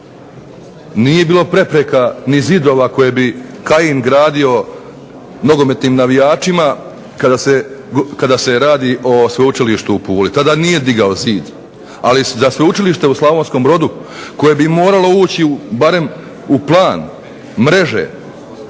Nije bilo prepreka ni zidova koje bi Kajin gradio nogometnim navijačima kada se radi o Sveučilištu u Puli, tada nije digao zid. Ali, za Sveučilište u Slavonskom Brodu koje bi moralo ući barem u plan mreže,